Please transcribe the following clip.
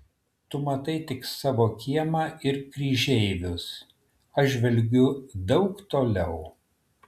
tu matai tik savo kiemą ir kryžeivius aš žvelgiu daug toliau